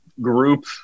group